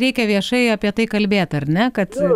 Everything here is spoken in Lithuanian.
reikia viešai apie tai kalbėt ar ne kad